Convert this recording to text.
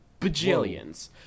Bajillions